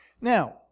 Now